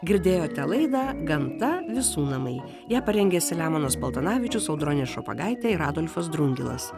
girdėjote laidą gamta visų namai ją parengė selemonas paltanavičius audronė šopagaitė ir adolfas drungilas